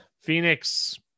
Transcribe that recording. Phoenix